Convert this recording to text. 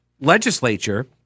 legislature